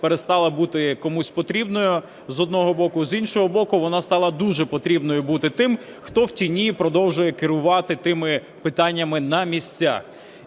перестала бути комусь потрібною, з одного боку, з іншого боку, вона стала дуже потрібною бути тим, хто в тіні продовжує керувати тими питаннями на місцях.